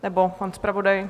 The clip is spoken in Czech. Nebo pan zpravodaj?